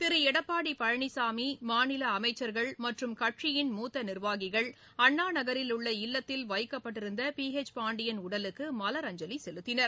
திரு எடப்பாடி பழனிசாமி மாநில அமைச்சர்கள் மற்றும் கட்சியின் மூத்த நிர்வாகிகள் அண்ணா நகரில் உள்ள இல்லத்தில் வைக்கப்பட்டிருந்த பி ஹெச் பாண்டியன் உடலுக்கு மலரஞ்சலி செலுத்தினர்